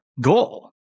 goal